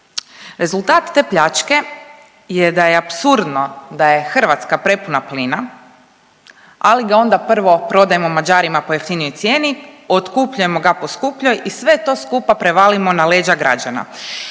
Rezultat te pljačke je da je apsurdno da je Hrvatska prepuna plina, ali ga onda prvo prodajemo Mađarima po jeftinijoj cijeni, otkupljujemo ga po skupljoj i sve to skupa prevalimo na leđa građana.